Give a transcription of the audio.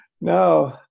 No